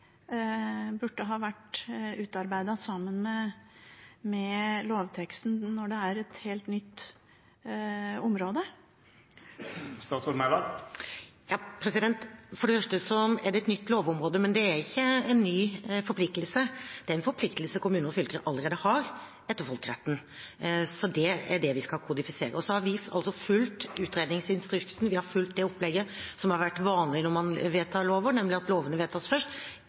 Burde ikke veilederen vært utarbeidet sammen med lovteksten når det er et helt nytt område? For det første: Det er et nytt lovområde, men det er ikke en ny forpliktelse. Det er en forpliktelse kommuner og fylker allerede har etter folkeretten. Så det er det vi skal kodifisere. Vi har altså fulgt utredningsinstruksen, vi har fulgt det opplegget som har vært vanlig når man vedtar lover, nemlig at lovene vedtas først.